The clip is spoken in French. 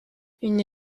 une